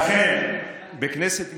אכן, בכנסת ישראל,